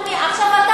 בבקשה.